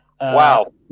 Wow